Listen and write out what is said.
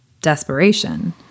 desperation